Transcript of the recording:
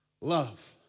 love